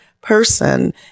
person